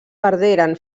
perderen